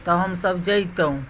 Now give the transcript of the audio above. तऽ हमसब जइतहुँ